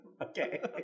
Okay